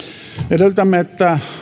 edellytämme että